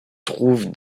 trouve